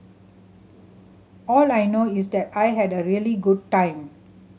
all I know is that I had a really good time